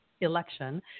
election